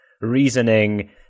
reasoning